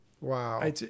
Wow